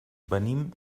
venim